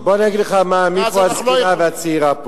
אז בוא אני אגיד לך מי פה הזקנה ומי הצעירה.